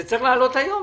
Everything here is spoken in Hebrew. זה צריך לעלות היום.